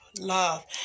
love